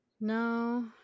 No